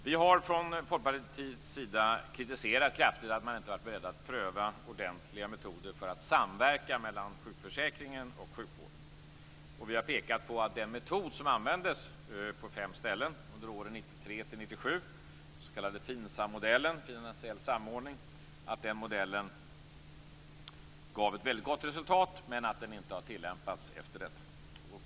Vi har från Folkpartiets sida kraftigt kritiserat att man inte har varit beredd att pröva metoder för att samverka mellan sjukförsäkringen och sjukvården. Vi har pekat på att den metod som användes på fem ställen under åren 1993-1997, den s.k. FINSAM modellen, finansiell samordning, gav ett väldigt gott resultat men inte har tillämpats efter detta.